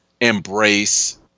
embrace